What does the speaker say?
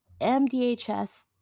mdhs